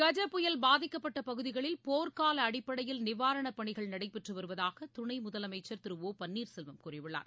கஜ புயல் பாதிக்கப்பட்ட பகுதிகளில் போர்க்கால அடிப்படையில் நிவாரப் பணிகள் நடைபெற்றுவருவதாக துணை முதலமைச்சர் திரு ஓ பன்னீர் செல்வம் கூறியுள்ளார்